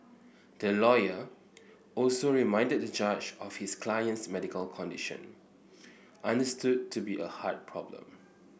the lawyer also reminded the judge of his client's medical condition understood to be a heart problem